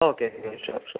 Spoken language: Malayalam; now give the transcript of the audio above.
ഓക്കെ ഡെലിവറിക്ക് ശേഷം